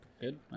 Good